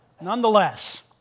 Nonetheless